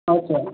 अच्छा